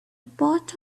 pot